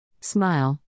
Smile